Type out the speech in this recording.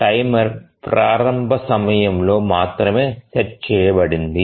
timer ప్రారంభ సమయంలో మాత్రమే సెట్ చేయబడింది